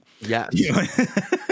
Yes